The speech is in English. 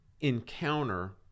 encounter